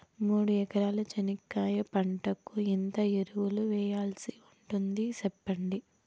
మూడు ఎకరాల చెనక్కాయ పంటకు ఎంత ఎరువులు వేయాల్సి ఉంటుంది సెప్పండి?